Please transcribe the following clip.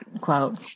quote